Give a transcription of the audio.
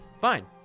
Fine